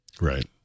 right